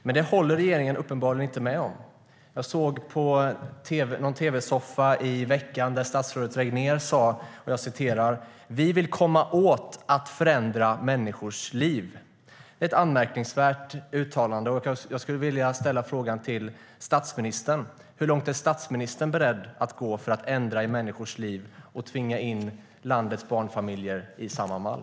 Men det håller regeringen uppenbarligen inte med om. Jag såg på tv i veckan där statsrådet Regnér i något soffprogram sa: Vi vill komma åt att förändra människors liv. Det är ett anmärkningsvärt uttalande, och jag skulle vilja fråga statsministern: Hur långt är statsministern beredd att gå för att ändra i människors liv och tvinga in landets barnfamiljer i samma mall?